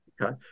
Okay